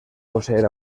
poseer